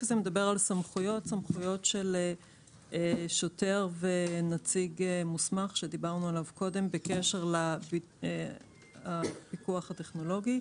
הזה מדבר על סמכויות של שוטר ונציג מוסמך בקשר לפיקוח הטכנולוגי.